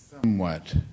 somewhat